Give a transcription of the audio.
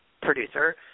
producer